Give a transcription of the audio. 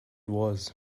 was